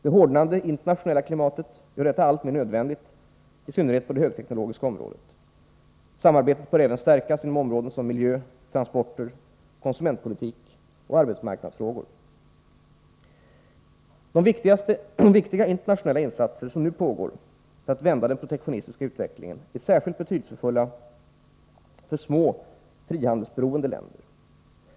Det hårdnande internationella klimatet gör detta alltmer nödvändigt i synnerhet på det högteknologiska området. Samarbetet bör även stärkas inom områden som miljö, transporter, konsumentpolitik och arbetsmarknadsfrågor. De viktiga internationella insatser som nu pågår för att vända den protektionistiska utvecklingen är särskilt betydelsefulla för små, frihandelsberoende länder.